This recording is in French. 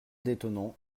d’étonnant